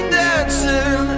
dancing